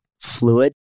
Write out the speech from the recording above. fluid